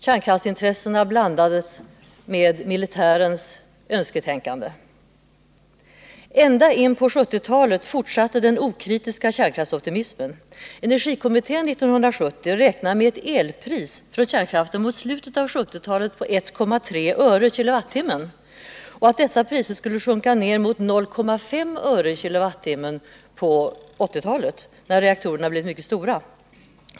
Kärnkraftsintressena blandades med militärens önsketänkande. Ända in på 1970-talet fortsatte den okritiska kärnkraftsoptimismen. Energikommittén räknade 1970 med ett pris på el från kärnkraft på 1,3 öre kWh under 1980-talet, när reaktorerna hade blivit mycket stora.